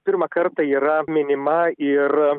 pirmą kartą yra minima ir